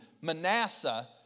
Manasseh